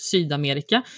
Sydamerika